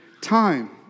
time